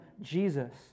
Jesus